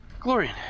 Glorian